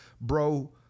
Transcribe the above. bro